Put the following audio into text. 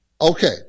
Okay